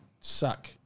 suck